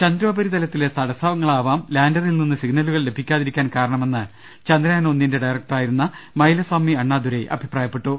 ചന്ദ്രോപരിതലത്തിലെ തടസ്സങ്ങളാവാം ലാൻഡറിൽനിന്ന് സിഗ്നലു കൾ ലഭിക്കാതിരിക്കാൻ കാരണമെന്ന് ചന്ദ്രയാൻ ഒന്നിന്റെ ഡയറക്ടറാ യിരുന്ന മയിലസാമി അണ്ണാദുരൈ അഭിപ്രായപ്പെട്ടു